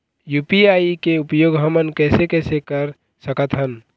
UPI के उपयोग हमन कैसे कैसे कर सकत हन?